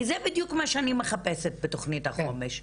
כי זה בדיוק מה שאני מחפשת בתוכנית החומש.